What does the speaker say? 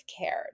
cared